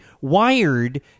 wired